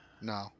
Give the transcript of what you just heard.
No